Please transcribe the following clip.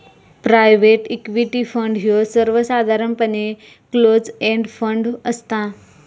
private equity fund ह्यो सर्वसाधारणपणे close end fund असता